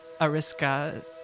Ariska